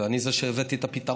ואני זה שהביא את הפתרון,